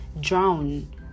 drown